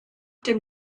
dem